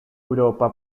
europa